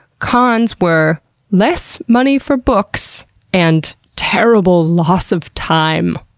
cons were less money for books and terrible loss of time.